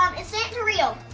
um is santa real?